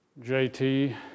JT